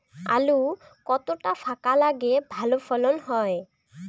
আলু কতটা ফাঁকা লাগে ভালো ফলন হয়?